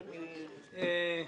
התשל"א-1971.